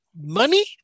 money